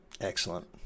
Excellent